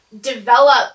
develop